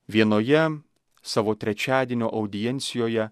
vienoje savo trečiadienio audiencijoje